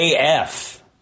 AF